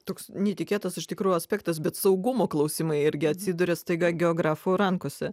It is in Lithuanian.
toks netikėtas iš tikrųjų aspektas bet saugumo klausimai irgi atsiduria staiga geografų rankose